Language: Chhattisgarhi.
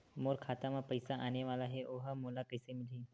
मोर खाता म पईसा आने वाला हे ओहा मोला कइसे मिलही?